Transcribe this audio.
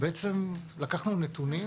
לקחנו נתונים